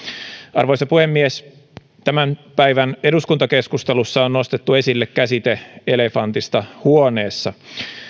arvoisa puhemies tämän päivän eduskuntakeskustelussa on nostettu esille käsite elefantista huoneessa